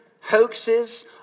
hoaxes